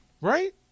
right